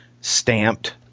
stamped